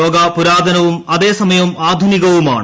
യോഗ പുരാതനവും അതേസമയം ആധുനികവുമാണ്